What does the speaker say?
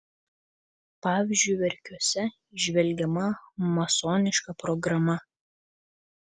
pavyzdžiui verkiuose įžvelgiama masoniška programa